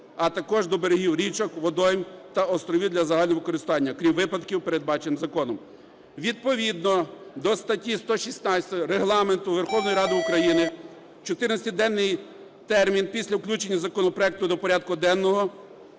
а також до берегів річок, водойм та островів для загального використання, крім випадків, передбачених законом. Відповідно до статті 116 Регламенту Верховної Ради України в 14-денний термін після включення законопроекту до порядку денного